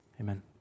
Amen